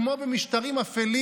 כמו במשטרים אפלים,